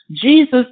Jesus